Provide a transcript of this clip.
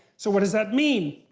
so what does that mean?